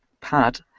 pad